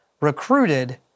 recruited